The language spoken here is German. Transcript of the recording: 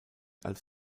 als